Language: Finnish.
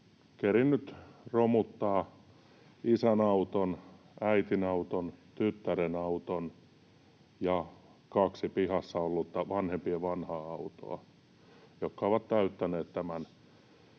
kerinnyt romuttaa isän auton, äidin auton, tyttären auton ja kaksi pihassa ollutta vanhempien vanhaa autoa, jotka ovat täyttäneet nämä